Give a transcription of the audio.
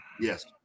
yes